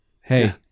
hey